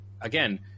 again